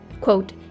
Quote